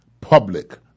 public